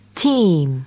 team